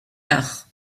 tard